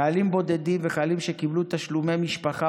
חיילים בודדים וחיילים שקיבלו תשלומי משפחה